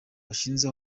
bashinze